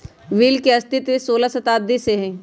bill के अस्तित्व सोलह शताब्दी से हइ